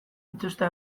dituzte